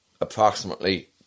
approximately